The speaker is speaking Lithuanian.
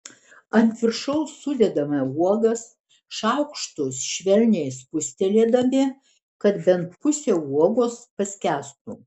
ant viršaus sudedame uogas šaukštu švelniai spustelėdami kad bent pusė uogos paskęstų